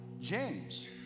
james